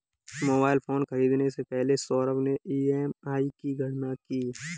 mobile phone खरीदने से पहले सौरभ ने ई.एम.आई की गणना की